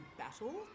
battle